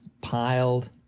piled